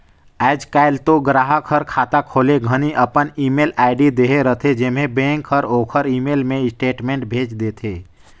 आयज कायल तो गराहक हर खाता खोले घनी अपन ईमेल आईडी देहे रथे जेम्हें बेंक हर ओखर ईमेल मे स्टेटमेंट भेज देथे